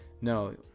no